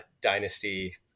dynasty